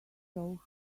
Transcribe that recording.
saw